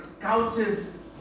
couches